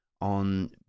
on